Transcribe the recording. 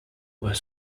were